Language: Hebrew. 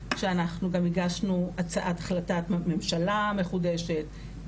שאנחנו גם הגשנו הצעת החלטת ממשלה מחודשת,